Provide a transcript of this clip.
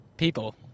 people